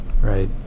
Right